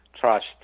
trust